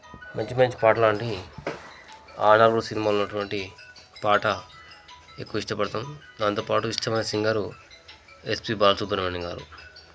మంచి మంచి పాటలు లాంటివి ఆ నలుగురు సినిమాలో ఉన్నటువంటి పాట ఎక్కువ ఇష్టపడతాము దాంతోపాటు ఇష్టమైన సింగరు ఎస్పీ బాలసుబ్రమణ్యం గారు